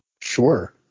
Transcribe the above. Sure